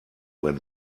when